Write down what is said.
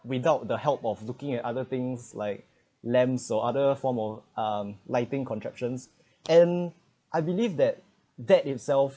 without the help of looking at other things like lamps or other form of um lighting contraptions and I believe that that itself